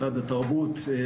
משרד התרבות,